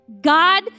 God